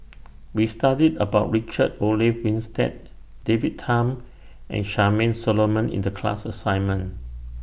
We studied about Richard Olaf Winstedt David Tham and Charmaine Solomon in The class assignment